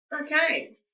Okay